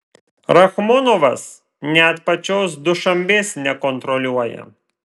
rachmonovas net pačios dušanbės nekontroliuoja